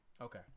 Okay